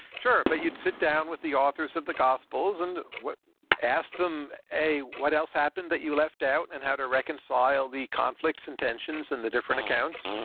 sure, but you'd sit down with the authors of the gospels and ask them, a, what else happened that you left out and how to reconcile the conflicts and tensions and the different accounts.